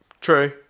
True